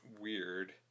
weird